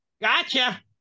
Gotcha